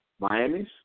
Miami's